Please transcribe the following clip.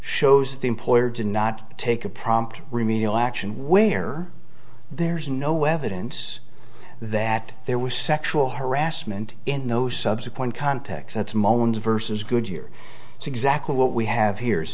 shows the employer did not take a prompt remedial action where there is no evidence that there was sexual harassment in those subsequent context that's moans versus goodyear it's exactly what we have here is